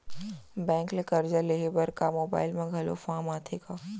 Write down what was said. Bank ले करजा लेहे बर का मोबाइल म घलो फार्म आथे का?